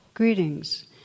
Greetings